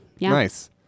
Nice